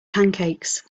pancakes